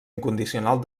incondicional